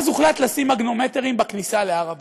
אז הוחלט לשים מגנומטרים בכניסה להר הבית.